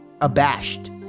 abashed